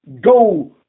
go